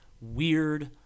weird